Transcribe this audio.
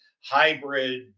hybrid